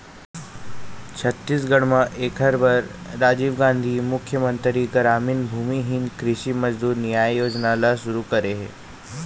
छत्तीसगढ़ म एखर बर राजीव गांधी मुख्यमंतरी गरामीन भूमिहीन कृषि मजदूर नियाय योजना ल सुरू करे हे